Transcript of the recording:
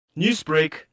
Newsbreak